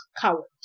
cowards